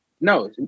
No